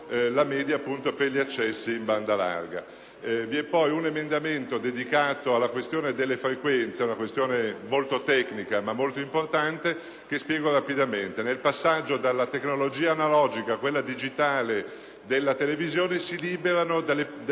europea per gli accessi in banda larga.